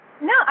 No